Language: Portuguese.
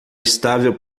estável